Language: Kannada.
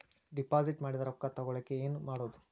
ಡಿಪಾಸಿಟ್ ಮಾಡಿದ ರೊಕ್ಕ ತಗೋಳಕ್ಕೆ ಏನು ಮಾಡೋದು?